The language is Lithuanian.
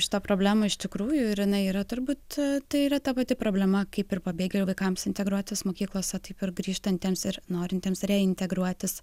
šita problema iš tikrųjų ir jinai yra turbūt tai yra ta pati problema kaip ir pabėgėlių vaikams integruotis mokyklose taip pat grįžtantiems ir norintiems integruotis